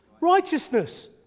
Righteousness